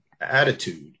attitude